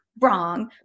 wrong